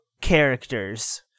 characters